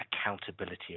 accountability